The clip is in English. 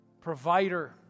provider